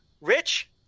Rich